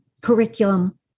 curriculum